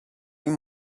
این